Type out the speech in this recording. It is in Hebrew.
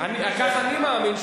כך אני מאמין,